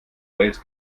wales